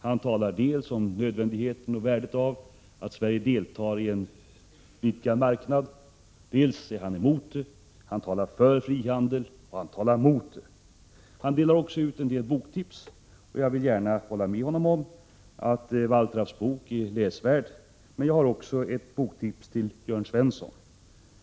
Han talar dels om nödvändigheten och värdet av att Sverige deltar i en utvidgad marknad, dels är han emot. Han talar för frihandel och mot frihandel. Dessutom delar han ut en del boktips. Jag vill gärna hålla med honom om att Wallraffs bok är läsvärd, men jag har också ett boktips till Jörn Svensson.